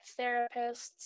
therapists